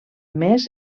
més